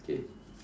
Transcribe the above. okay